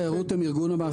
מה?